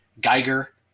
Geiger